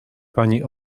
pani